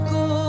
go